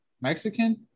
Mexican